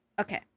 Okay